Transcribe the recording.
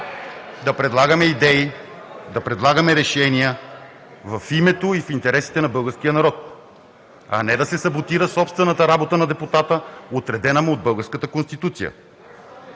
и реплики), да предлагаме решения в името и в интересите на българския народ, а не да се саботира собствената работа на депутата, отредена му от българската Конституция.